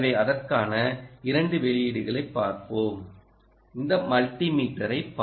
எனவே அதற்கான 2 வெளியீடுகளைப் பார்ப்போம் இந்த மல்டிமீட்டரைப்